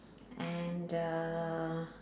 and uh